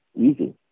Easy